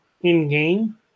in-game